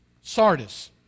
Sardis